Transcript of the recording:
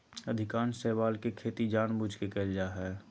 अधिकांश शैवाल के खेती जानबूझ के कइल जा हइ